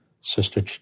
Sister